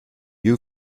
you